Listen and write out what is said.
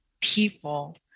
people